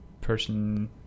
person